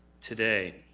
today